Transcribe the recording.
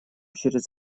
через